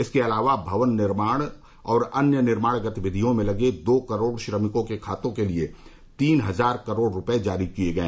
इसके अलावा भवन निर्माण और अन्य निर्माण गतिविधियों में लगे दो करोड़ श्रमिकों के खातों के लिए तीन हजार करोड़ रुपये जारी किए गए